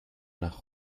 nach